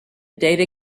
data